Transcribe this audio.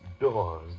doors